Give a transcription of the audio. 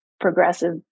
progressive